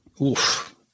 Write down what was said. Oof